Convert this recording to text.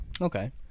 Okay